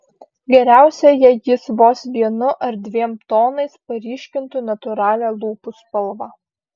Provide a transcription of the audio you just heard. geriausia jei jis vos vienu ar dviem tonais paryškintų natūralią lūpų spalvą